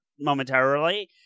momentarily